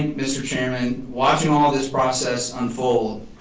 mr. chairman watching all this process unfold